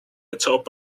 atop